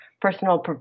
personal